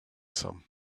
some